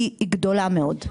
היא גדולה מאוד.